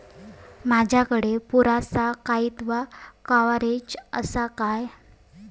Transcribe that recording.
माजाकडे पुरासा दाईत्वा कव्हारेज असा काय?